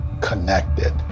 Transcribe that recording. connected